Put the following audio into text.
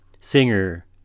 singer